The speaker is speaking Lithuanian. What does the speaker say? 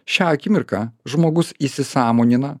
šią akimirką žmogus įsisąmonina